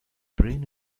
brain